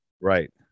Right